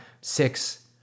six